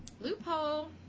Loophole